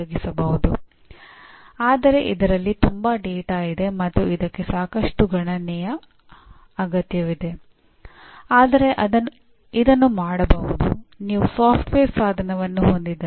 ಅದನ್ನು ನಿಖರವಾಗಿ ಹಾಗೆ ಬರೆಯಬೇಕು ಎಂದು ಇದರ ಅರ್ಥವಲ್ಲ